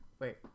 Wait